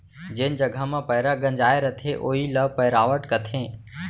जेन जघा म पैंरा गंजाय रथे वोइ ल पैरावट कथें